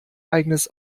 eigenes